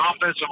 offensive